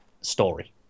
story